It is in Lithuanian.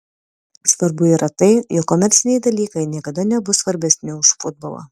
svarbu yra tai jog komerciniai dalykai niekada nebus svarbesni už futbolą